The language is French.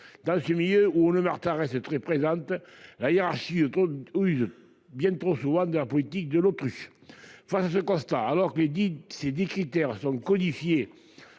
dans ce milieu où on ne Martin reste très présente la hiérarchie. Ou. Bien trop souvent de la politique de l'autruche. Face à ce constat, alors ai dit c'est des critères sont codifié